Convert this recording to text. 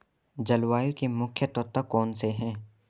जलवायु के मुख्य तत्व कौनसे हैं?